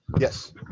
Yes